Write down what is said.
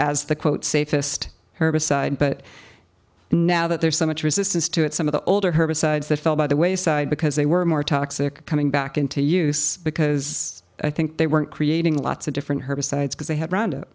as the quote safest herbicide but now that there's so much resistance to it some of the older herbicides that fell by the wayside because they were more toxic coming back into use because i think they weren't creating lots of different herbicides because they had rhonda